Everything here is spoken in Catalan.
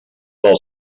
del